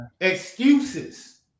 excuses